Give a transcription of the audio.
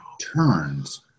turns